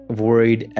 worried